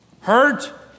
Hurt